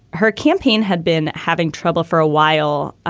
her campaign had been having trouble for a while.